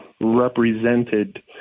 represented